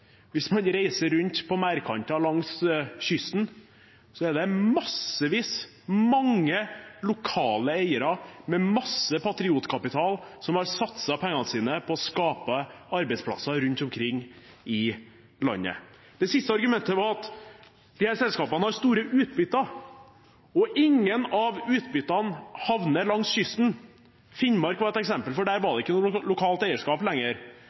Hvis man reiser rundt på merdkanter langs kysten, er det massevis – mange lokale eiere med masse patriotkapital – som har satset pengene sine på å skape arbeidsplasser rundt omkring i landet. Det siste argumentet var at disse selskapene har store utbytter, og at ingen av utbyttene havner langs kysten. Finnmark var et eksempel, for der var det ikke noe lokalt eierskap lenger.